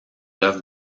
œuf